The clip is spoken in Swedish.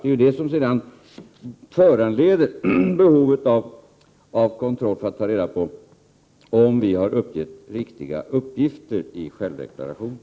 Det är ju det som sedan föranleder behovet av kontroll för att ta reda på om vi har uppgett riktiga uppgifter i självdeklarationen.